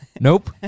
Nope